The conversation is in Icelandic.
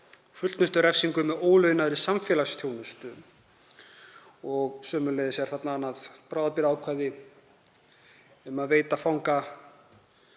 fullnustu refsingu með ólaunaðri samfélagsþjónustu og sömuleiðis er bráðabirgðaákvæði um að veita fanga